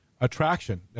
attraction